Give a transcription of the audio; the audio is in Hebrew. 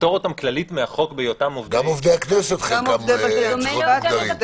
גם עובדי הכנסת חלקם צריכים להיות מוגדרים.